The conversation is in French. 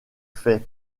fait